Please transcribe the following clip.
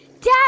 Dad